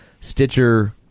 Stitcher